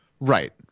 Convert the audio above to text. Right